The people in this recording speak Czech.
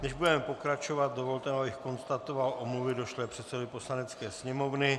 Než budeme pokračovat, dovolte, abych konstatoval omluvy došlé předsedovi Poslanecké sněmovny.